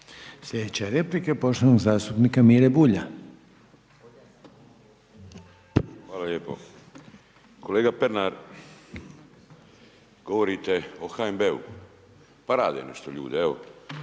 Sljedeća je replika poštovanog zastupnika Mire Bulja. **Bulj, Miro (MOST)** Hvala lijepo. Kolega Pernar, govorite o HNB-u, pa rade nešto ljudi, evo